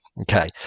Okay